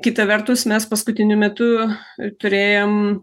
kita vertus mes paskutiniu metu turėjom